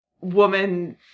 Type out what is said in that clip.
woman